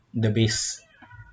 the base